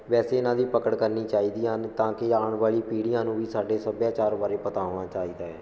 ਵੈਸੇ ਇਹਨਾਂ ਦੀ ਪਕੜ ਕਰਨੀ ਚਾਹੀਦੀ ਹਨ ਤਾਂ ਕਿ ਆਉਣ ਵਾਲੀ ਪੀੜੀਆਂ ਨੂੰ ਵੀ ਸਾਡੇ ਸੱਭਿਆਚਾਰ ਬਾਰੇ ਪਤਾ ਹੋਣਾ ਚਾਹੀਦਾ ਹੈ